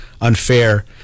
unfair